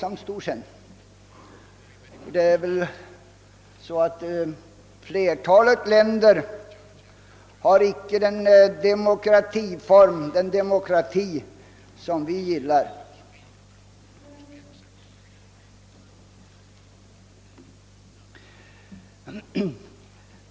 Den återstående delen blir inte så stor. Flertalet länder har icke den demokrati som vi gillar.